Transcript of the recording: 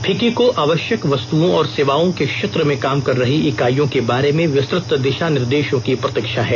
FICCI को आवश्यक वस्तुओं और सेवाओं के क्षेत्र में काम कर रही इकाइयों के बारे में विस्तुत दिशानिर्देशों की प्रतीक्षा है